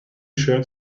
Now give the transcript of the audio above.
shirt